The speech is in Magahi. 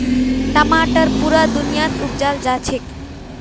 टमाटर पुरा दुनियात उपजाल जाछेक